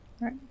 Right